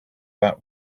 that